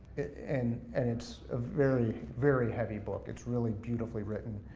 and and it's a very, very heavy book, it's really beautifully written.